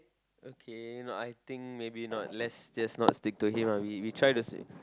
okay no I think maybe not let's just not stick to him ah we we try to see